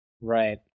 Right